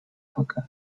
hookah